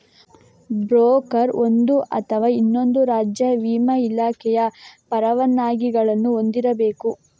broker ಒಂದು ಅಥವಾ ಇನ್ನೊಂದು ರಾಜ್ಯ ವಿಮಾ ಇಲಾಖೆಯ ಪರವಾನಗಿಗಳನ್ನು ಹೊಂದಿರಬೇಕು